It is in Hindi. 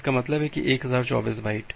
इसका मतलब है कि 1024 बाइट